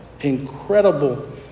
incredible